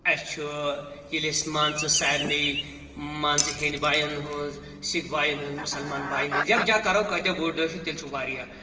اسہِ چھُ ییٚلہِ أسۍ مان ژٕ سارنٕے مان ژٕ ہنٛدۍ باین ہٕنٛز سکھ باین ہٕنٛز مُسلمان باین ہٕنٛز یکجا کرو کۭتیاہ بوٚڑ دۄہہ چھِ تیٚلہِ چھِ واریاہ